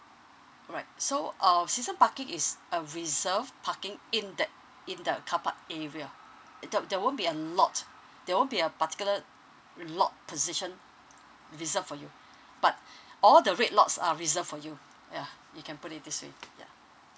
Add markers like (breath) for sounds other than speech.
alright so uh season parking is a reserve parking in that in the car park area uh there there won't be a lot there won't be a particular lot position reserved for you but (breath) all the red lots are reserved for you ya you can put it this way ya